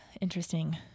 interesting